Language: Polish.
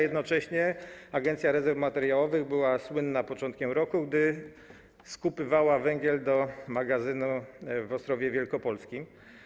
Jednocześnie Agencja Rezerw Materiałowych była słynna na początku roku, gdy skupowała węgiel do magazynu w Ostrowie Wielkopolskim.